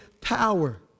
power